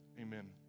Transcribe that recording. amen